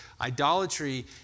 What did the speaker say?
idolatry